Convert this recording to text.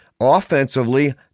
offensively